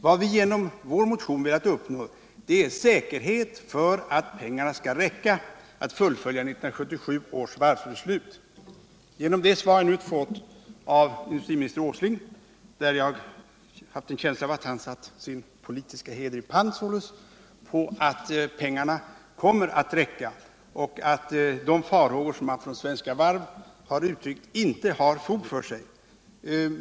Vad vi genom vår motion har velat uppnå är säkerhet för att pengarna skall räcka för att fullfölja 1977 års varvsbeslut. Jag har en känsla av att industriminister Åsling i det svar han nu gav har satt sin politiska heder i pant på att pengarna kommer att räcka och att de farhågor man från Svenska Varv har uttryckt inte har fog för sig.